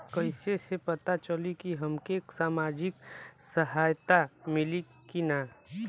कइसे से पता चली की हमके सामाजिक सहायता मिली की ना?